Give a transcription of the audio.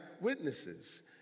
witnesses